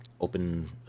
open